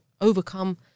overcome